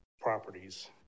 properties